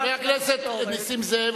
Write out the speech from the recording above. חבר הכנסת נסים זאב,